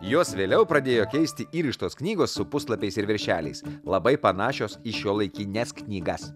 juos vėliau pradėjo keisti įrištos knygos su puslapiais ir viršeliais labai panašios į šiuolaikines knygas